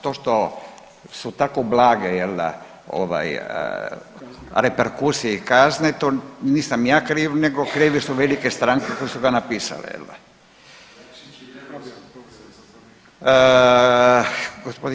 To što su tako blage, je l' da, ovaj reperkusije i kazne, to nisam ja kriv nego krive su velike stranke koje su ga napisale, je l' da?